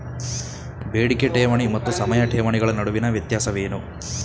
ಬೇಡಿಕೆ ಠೇವಣಿ ಮತ್ತು ಸಮಯ ಠೇವಣಿಗಳ ನಡುವಿನ ವ್ಯತ್ಯಾಸವೇನು?